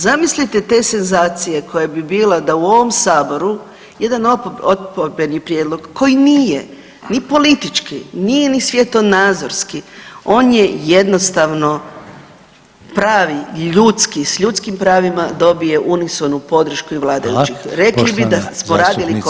Zamislite te senzacije koja bi bila da u ovom saboru jedan oporbeni prijedlog koji nije ni politički, nije ni svjetonazorski on je jednostavno pravi ljudski, s ljudskim pravima dobije unisonu podršku i vladajućih [[Upadica Reiner: Hvala.]] rekli bi da smo radili korak naprijed.